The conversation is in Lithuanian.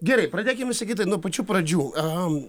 gerai pradėkim sigitai nuo pačių pradžių